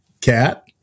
cat